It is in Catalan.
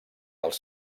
els